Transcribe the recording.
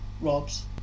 robs